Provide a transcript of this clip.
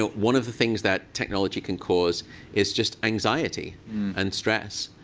ah one of the things that technology can cause is just anxiety and stress.